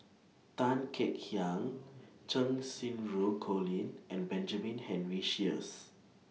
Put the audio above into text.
Tan Kek Hiang Cheng Xinru Colin and Benjamin Henry Sheares